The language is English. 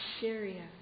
Syria